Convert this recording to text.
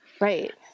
right